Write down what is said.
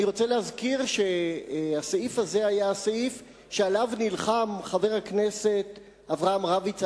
אני רוצה להזכיר שהסעיף הזה היה הסעיף שעליו נלחם חבר הכנסת אברהם רביץ,